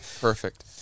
perfect